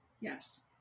Yes